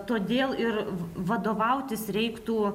todėl ir vadovautis reiktų